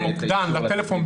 למוקדן בטלפון,